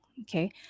okay